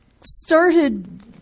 started